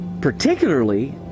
particularly